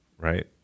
Right